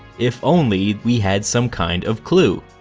if only we had some kind of clue.